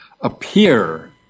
appear